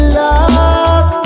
love